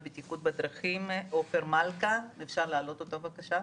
הציבורית ועו"ד עופר אמרו את הדברים בצורה יפה.